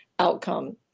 outcome